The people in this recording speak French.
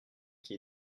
qui